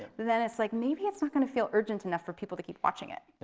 then it's like maybe it's not gonna feel urgent enough for people to keep watching it.